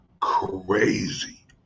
crazy